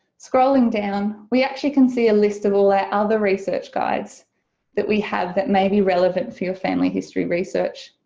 scrolling down we actually can see a list of all our other research guides that we have that may be relevant for your family history research.